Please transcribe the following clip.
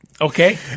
Okay